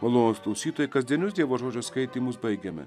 malonūs klausytojai kasdienius dievo žodžio skaitymus baigiame